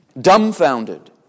Dumbfounded